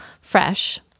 fresh